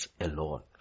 alone